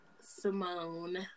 Simone